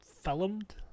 filmed